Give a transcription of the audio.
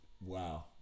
Wow